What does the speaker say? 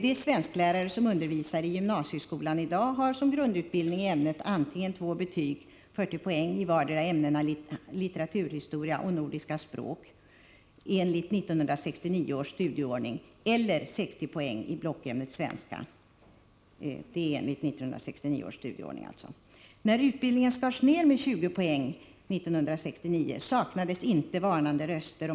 De svensklärare som undervisar i gymnasieskolan i dag har som grundutbildning i ämnet antingen två betyg, 40 poäng, i vartdera ämnena litteraturhistoria och nordiska språk eller 60 poäng i blockämnet svenska enligt 1969 års studieordning. När utbildningen skars ned med 20 poäng 1969 saknades inte varnande röster.